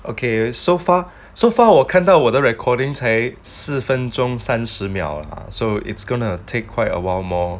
okay so far so far 我看到我的 recording 才四分钟三十秒 lah so it's gonna take quite a while more